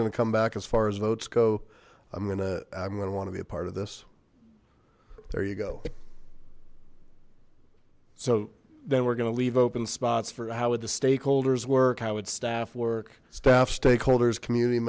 going to come back as far as votes go i'm gonna i'm gonna want to be a part of this there you go so then we're gonna leave open spots for howard the stakeholders work howard staff work staff stakeholders commu